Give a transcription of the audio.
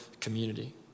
community